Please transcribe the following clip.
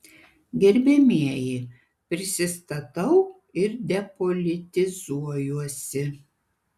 gerbiamieji prisistatau ir depolitizuojuosi